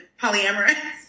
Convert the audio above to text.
polyamorous